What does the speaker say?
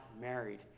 married